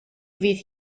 fydd